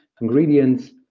ingredients